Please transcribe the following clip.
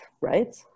right